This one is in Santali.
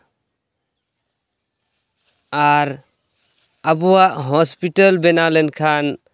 ᱟᱨ ᱟᱵᱚᱣᱟᱜ ᱦᱚᱥᱯᱤᱴᱟᱞ ᱵᱮᱱᱟᱣ ᱞᱮᱱᱠᱷᱟᱱ